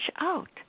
out